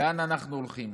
לאן אנחנו הולכים.